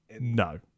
No